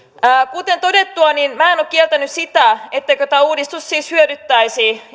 kuten todettua minä en ole kieltänyt sitä etteikö tämä uudistus siis hyödyttäisi